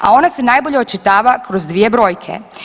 A ona se najbolje očitava kroz dvije brojke.